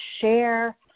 share